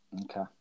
Okay